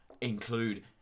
include